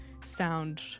sound